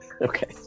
Okay